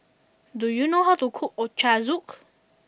do you know how to cook Ochazuke